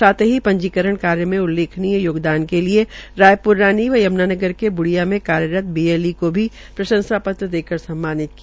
साथ् ही पंजीकरण कार्य में उल्लेखनीय योगदान के लिए लिए रायप्र रानी व यम्नानगर के ब्डिया में कार्यरत बीएलई को भी प्रशंसा पत्र देकर सम्मानित किया